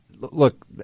look